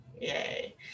yay